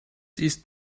ist